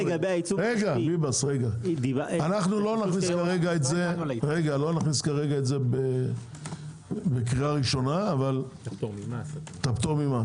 אנחנו לא נכניס כרגע את זה בקריאה ראשונה את הפטור ממס,